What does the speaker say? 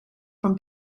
from